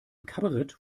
kabarett